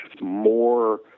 more